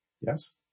Yes